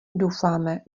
doufáme